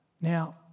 Now